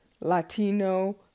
Latino